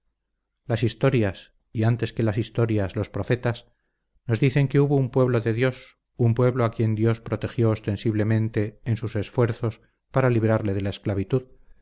las historias y antes que las historias los profetas nos dicen que hubo un pueblo de dios un pueblo a quien dios protegió ostensiblemente en sus esfuerzos para librarle de la esclavitud